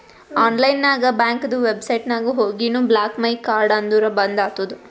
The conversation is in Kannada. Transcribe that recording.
ಆನ್ಲೈನ್ ನಾಗ್ ಬ್ಯಾಂಕ್ದು ವೆಬ್ಸೈಟ್ ನಾಗ್ ಹೋಗಿನು ಬ್ಲಾಕ್ ಮೈ ಕಾರ್ಡ್ ಅಂದುರ್ ಬಂದ್ ಆತುದ